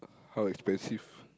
how expensive